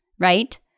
right